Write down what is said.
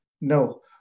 no